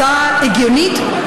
הצעה הגיונית,